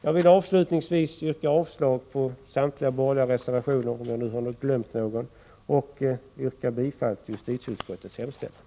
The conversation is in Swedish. Jag vill avslutningsvis yrka avslag på samtliga borgerliga reservationer, om jag skulle ha glömt någon, och bifall till justitieutskottets hemställan.